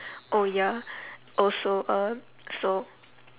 oh ya also uh so